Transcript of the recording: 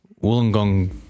Wollongong